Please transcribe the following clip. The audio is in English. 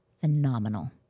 Phenomenal